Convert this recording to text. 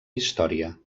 història